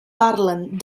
parlen